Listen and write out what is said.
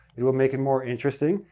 it will make it more interesting,